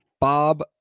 Bob